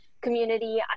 community